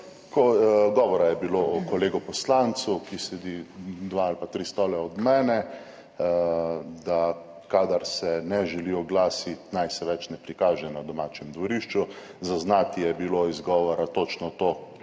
Govora je bilo o kolegu poslancu, ki sedi dva ali pa tri stole od mene, da kadar se ne želi oglasiti, naj se več ne prikaže na domačem dvorišču. Zaznati je bilo izgovora točno to,